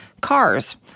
Cars